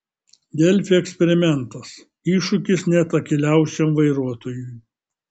delfi eksperimentas iššūkis net akyliausiam vairuotojui